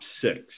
six